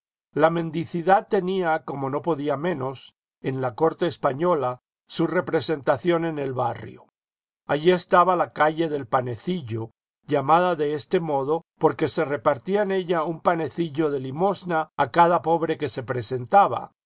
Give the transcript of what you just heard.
la mendicidad tenía como no podía menos en la corte española su representación en el barrio allí estaba la calle del panecillo llamada de este modo porque se repartía en ella un panecillo de limosna a cada pobre que se presentaba